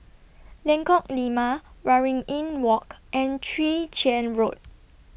Lengkok Lima Waringin Walk and Chwee Chian Road